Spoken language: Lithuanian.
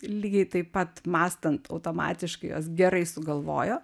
lygiai taip pat mąstant automatiškai jos gerai sugalvojo